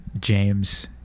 James